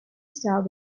star